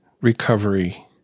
recovery